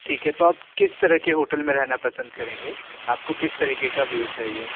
ठीक है तो आप किस तरह के होटल में रहना पसंद करेंगे आपको किस तरीके का व्यू चाहिए